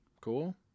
Cool